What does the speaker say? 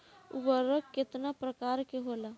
उर्वरक केतना प्रकार के होला?